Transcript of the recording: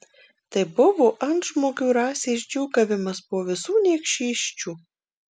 tai buvo antžmogių rasės džiūgavimas po visų niekšysčių